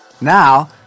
Now